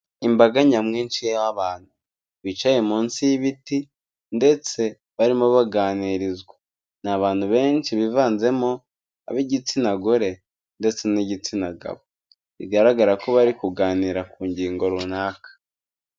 Imbaga nyamwinshi y'abantu bicaye munsi y'ibiti ndetse barimo baganirizwa. Ni abantu benshi bivanzemo ab'igitsina gore ndetse n'igitsina gabo. Bigaragara ko bari kuganira ku ngingo runaka.